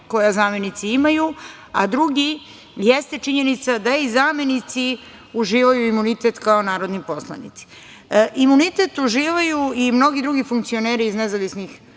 koja zamenici imaju, a drugi jeste činjenica da i zamenici uživaju imunitet kao narodni poslanici. Imunitet uživaju i mnogi drugi funkcioneri iz nezavisnih